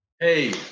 Hey